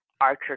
Archer